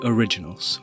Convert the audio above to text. Originals